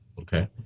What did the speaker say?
okay